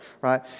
right